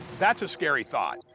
that's a scary thought.